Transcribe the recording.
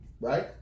Right